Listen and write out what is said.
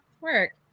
work